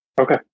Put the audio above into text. Okay